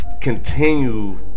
continue